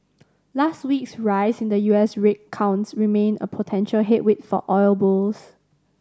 last week's rise in the U S rig count remain a potential headwind for oil bulls